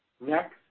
Next